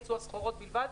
ייצוא הסחורות בלבד,